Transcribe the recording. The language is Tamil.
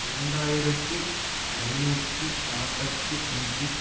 இரண்டாயிரத்தி ஐநூற்றி நாற்பத்தி அஞ்சு